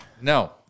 No